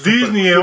Disney